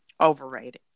overrated